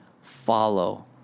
follow